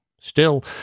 Still